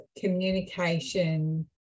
communication